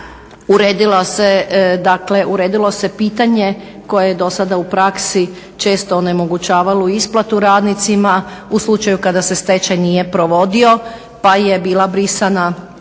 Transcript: uredilo se pitanje koje je dosada u praksi često onemogućavalo isplatu radnicima u slučaju kad se stečaj nije provodio pa je bila brisana pravna